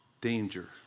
danger